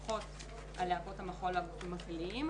פחות להקות המחול והגופים הכלליים,